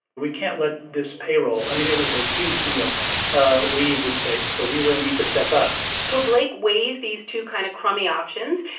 we can't let this payroll i mean, it was a huge deal leave the state. but we really need to step up so blake weighs these two kind of crummy options,